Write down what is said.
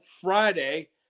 Friday